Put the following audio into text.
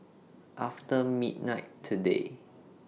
after midnight today